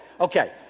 Okay